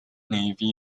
navy